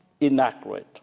inaccurate